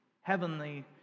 Heavenly